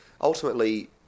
ultimately